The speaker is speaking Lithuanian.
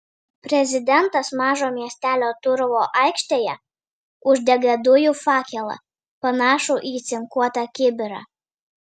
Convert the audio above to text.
prezidentas mažo miestelio turovo aikštėje uždega dujų fakelą panašų į cinkuotą kibirą